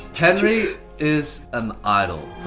henry is an idol,